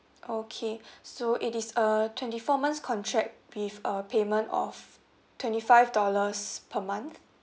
okay so it is a twenty four months contract with a payment of twenty five dollars per month